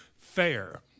fair